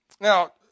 Now